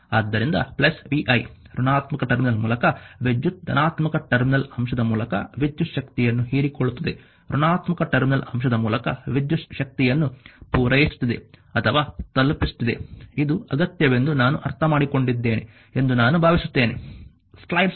ಆದ್ದರಿಂದ ಇದು vi ಋಣಾತ್ಮಕ ಟರ್ಮಿನಲ್ ಮೂಲಕ ವಿದ್ಯುತ್ ಧನಾತ್ಮಕ ಟರ್ಮಿನಲ್ ಅಂಶದ ಮೂಲಕ ವಿದ್ಯುತ್ ಶಕ್ತಿಯನ್ನು ಹೀರಿಕೊಳ್ಳುತ್ತದೆ ಋಣಾತ್ಮಕ ಟರ್ಮಿನಲ್ ಅಂಶದ ಮೂಲಕ ವಿದ್ಯುತ್ ಶಕ್ತಿಯನ್ನು ಪೂರೈಸುತ್ತಿದೆ ಅಥವಾ ತಲುಪಿಸುತ್ತಿದೆ ಇದು ಅಗತ್ಯವೆಂದು ನಾನು ಅರ್ಥಮಾಡಿಕೊಂಡಿದ್ದೇನೆ ಎಂದು ನಾನು ಭಾವಿಸುತ್ತೇನೆ